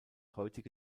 heutige